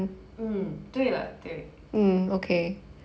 mm 对了对